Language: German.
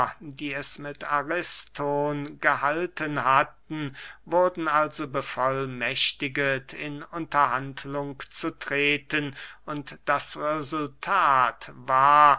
die es mit ariston gehalten hatten wurden also bevollmächtiget in unterhandlung zu treten und das resultat war